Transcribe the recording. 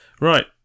Right